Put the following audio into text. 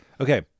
okay